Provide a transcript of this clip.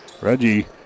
Reggie